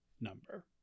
number